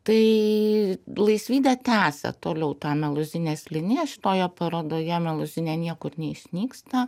tai laisvydė tęsia toliau tą meluzinės liniją šitoje parodoje meluzinė niekur neišnyksta